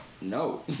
No